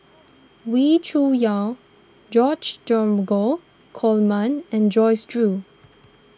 Wee Cho Yaw George Dromgold Coleman and Joyce Jue